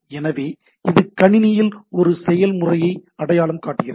எனவே இது கணினியில் ஒரு செயல்முறையை அடையாளம் காட்டுகிறது